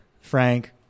Frank